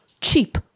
Cheap